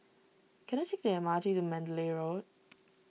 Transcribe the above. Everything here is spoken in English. can I take the M R T to Mandalay Road